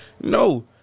no